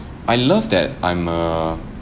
I love that I'm a